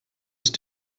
ist